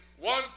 one